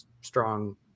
strong